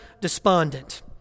despondent